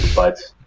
but